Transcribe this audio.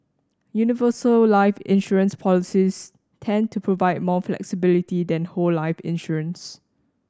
universal life insurance policies tend to provide more flexibility than whole life insurance